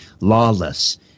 Lawless